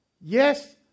Yes